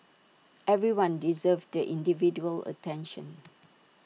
everyone deserves the individual attention